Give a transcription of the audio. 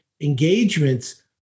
engagements